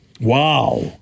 Wow